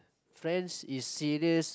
friends is serious